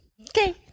Okay